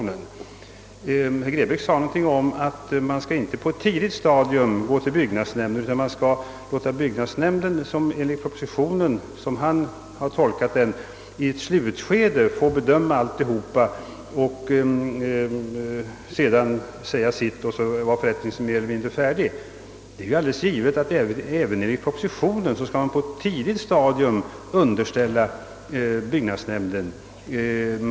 Herr Grebäck sade att man inte på ett tidigt stadium skall vända sig till byggnadsnämnden, utan enligt hans tolkning av propositionen skall man i slutskedet låta byggnadsnämnden få bedöma hela handläggningen av frågan, varvid förrättningen skulle vara mer eller mindre färdig. Det är givet att man även enligt propositionens förslag på ett tidigt stadium skall underställa frågan byggnadsnämndens prövning.